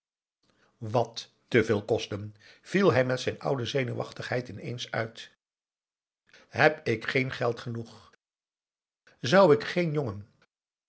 wat te veel kosten viel hij met zijn oude zenuwachtigheid ineens uit heb ik geen geld genoeg zou ik geen jongen